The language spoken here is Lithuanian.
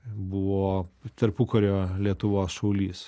buvo tarpukario lietuvos šaulys